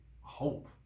hope